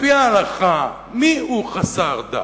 על-פי ההלכה: מיהו חסר דת?